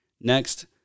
Next